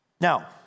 Now